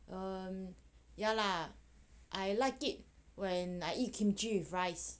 um yeah lah I like it when I eat kimchi with rice